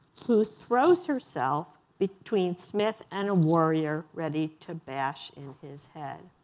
who throws herself between smith and a warrior ready to bash in his head.